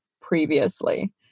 previously